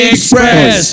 Express